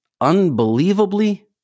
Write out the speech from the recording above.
unbelievably